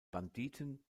banditen